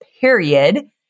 period